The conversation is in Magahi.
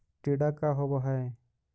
टीडा का होव हैं?